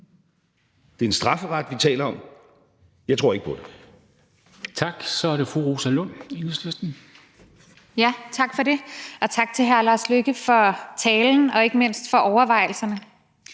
Det er en strafferet, vi taler om, og jeg tror ikke på det.